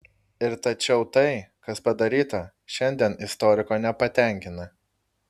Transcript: ir tačiau tai kas padaryta šiandien istoriko nepatenkina